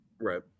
right